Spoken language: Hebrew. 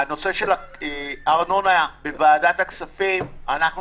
בנושא של הארנונה בוועדת הכספים אנחנו